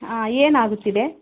ಆಂ ಏನಾಗುತ್ತಿದೆ